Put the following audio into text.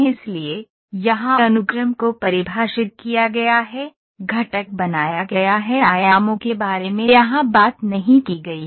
इसलिए यहां अनुक्रम को परिभाषित किया गया है घटक बनाया गया है आयामों के बारे में यहां बात नहीं की गई है